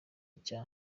cya